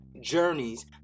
journeys